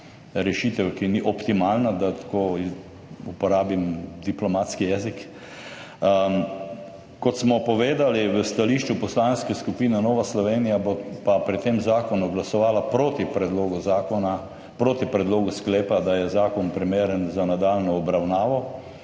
rešitev, ki ni optimalna, da tako uporabim diplomatski jezik. Kot smo povedali v stališču Poslanske skupine Nova Slovenija, bomo pri tem zakonu glasovali proti predlogu zakona, proti predlogu sklepa, da je zakon primeren za nadaljnjo obravnavo.